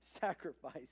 sacrifice